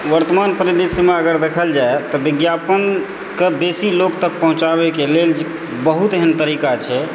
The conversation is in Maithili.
वर्तमान परिदृश्यमे अगर देखल जाइ तऽ विज्ञापनके बेसी लोक तक पहुँचेबाक लेल बहुत एहन तरीका छै